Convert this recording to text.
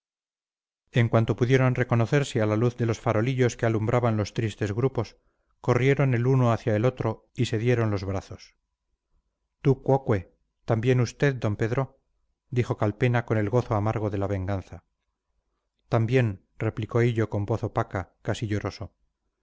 en cuanto pudieron reconocerse a la luz de los farolillos que alumbraban los tristes grupos corrieron el uno hacia el otro y se dieron los brazos tu quoque también usted d pedro dijo calpena con el gozo amargo de la venganza también replicó hillo con voz opaca casi